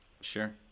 Sure